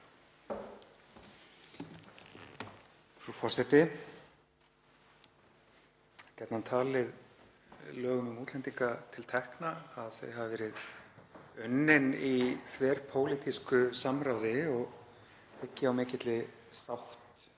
Frú forseti. Það er gjarnan talið lögum um útlendinga til tekna að þau hafa verið unnin í þverpólitísku samráði og byggi á mikilli sátt